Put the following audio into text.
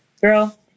Girl